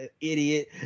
idiot